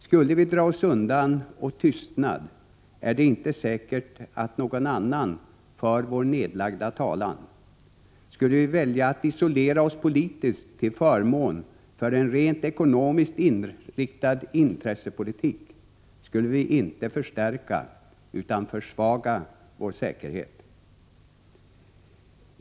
Skulle vi dra oss undan och tystna, är det inte säkert att någon annan för vår nedlagda talan. Skulle vi välja att isolera oss politiskt till förmån för en rent ekonomiskt inriktad intressepolitik, skulle vi inte förstärka utan försvaga vår säkerhet.